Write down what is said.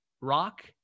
Rock